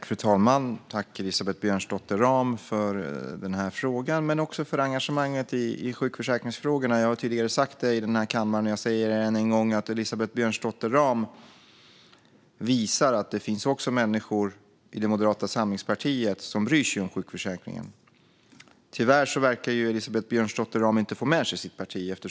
Fru talman! Tack, Elisabeth Björnsdotter Rahm, för frågan men också för engagemanget i sjukförsäkringsfrågorna! Jag har sagt det tidigare i denna kammare och jag säger det ännu en gång: Elisabeth Björnsdotter Rahm visar att det finns människor också i Moderata samlingspartiet som bryr sig om sjukförsäkringen. Tyvärr verkar Elisabeth Björnsdotter Rahm inte få med sig sitt parti.